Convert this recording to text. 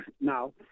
Now